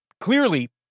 Clearly